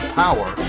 power